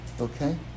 okay